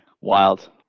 Wild